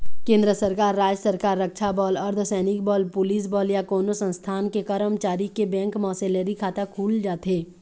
केंद्र सरकार, राज सरकार, रक्छा बल, अर्धसैनिक बल, पुलिस बल या कोनो संस्थान के करमचारी के बेंक म सेलरी खाता खुल जाथे